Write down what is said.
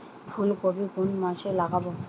ফুলকপি কোন মাসে লাগাবো?